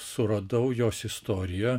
suradau jos istoriją